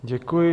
Děkuji.